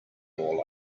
more